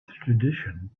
tradition